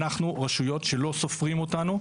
אנחנו רשויות שלא סופרים אותנו,